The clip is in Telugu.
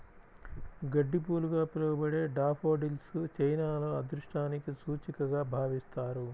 గడ్డిపూలుగా పిలవబడే డాఫోడిల్స్ చైనాలో అదృష్టానికి సూచికగా భావిస్తారు